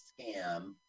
scam